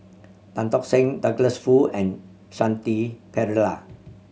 Tan Tock Seng Douglas Foo and Shanti Pereira